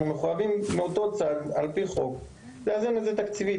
כי הרי אנחנו מחויבים על פי חוק לאזן את זה תקציבית,